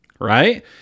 Right